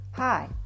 Hi